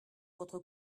votre